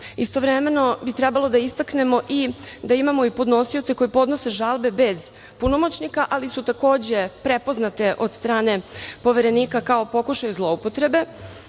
značaja. Istovremeno bi trebalo da istaknemo da imamo i podnosioce koji podnose žalbe bez punomoćnika ali su takođe prepoznate od strane Poverenika kao pokušaj zloupotrebe,